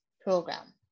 Program